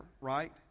Right